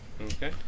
Okay